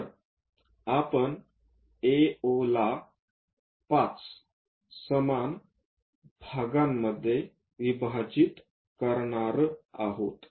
तर आपण AO ला 5 समान भागामध्ये विभाजित करणार आहोत